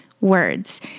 words